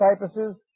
cypresses